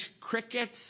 crickets